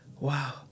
wow